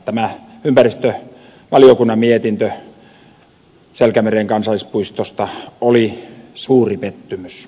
tämä ympäristövaliokunnan mietintö selkämeren kansallispuistosta oli suuri pettymys